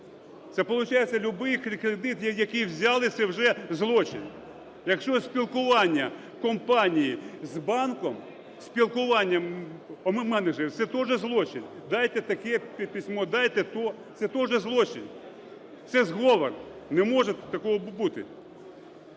Це получається, любий кредит, який взяли, це вже злочин. Якщо спілкування компанії з банком, спілкування менеджера – це теж злочин; дайте таке письмо, дайте те – це теж злочин. Це зговор, не може такого бути.